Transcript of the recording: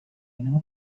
know